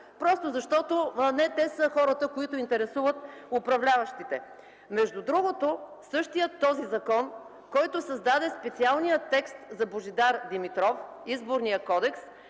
просто защото не те са хората, които интересуват управляващите. Между другото същият този закон, който създаде специалния текст за Божидар Димитров – Изборният кодекс,